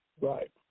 Right